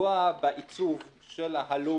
לפגוע בעיצוב של הלובי,